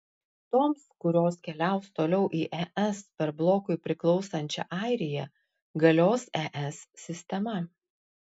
toms kurios keliaus toliau į es per blokui priklausančią airiją galios es sistema